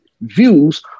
views